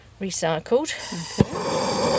recycled